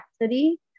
capacity